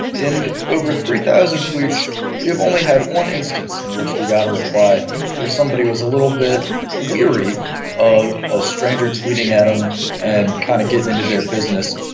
in over three thousand tweets we've only had one instance in which we got a reply where somebody was a little bit wary of a stranger tweeting at them and kind of getting into their business.